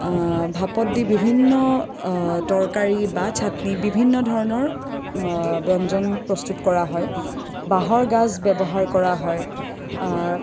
ভাপত দি বিভিন্ন তৰকাৰী বা চাট্নি বিভিন্ন ধৰণৰ ব্যঞ্জন প্ৰস্তুত কৰা হয় বাঁহৰ গাজ ব্যৱহাৰ কৰা হয়